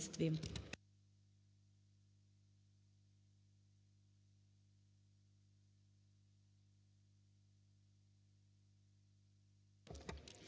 Дякую.